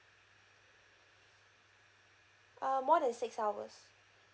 uh more than six hours